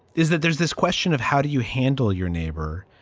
is that there's this question of how do you handle your neighbor,